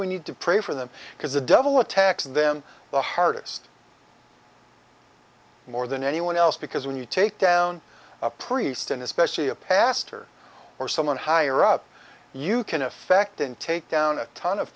we need to pray for them because the devil attacks them the hardest more than anyone else because when you take down a priest and especially a pastor or someone higher up you can affect and take down a ton of